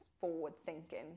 forward-thinking